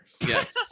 Yes